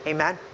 Amen